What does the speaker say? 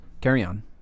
Carry-on